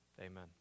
amen